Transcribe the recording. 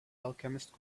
alchemist